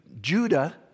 Judah